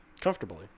comfortably